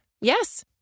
Yes